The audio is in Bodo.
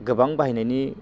गोबां बाहायनायनि